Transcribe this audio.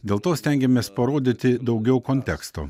dėl to stengiamės parodyti daugiau konteksto